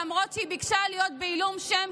למרות שהיא ביקשה להיות בעילום שם,